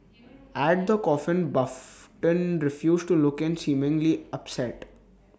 at the coffin button refused to look in seemingly upset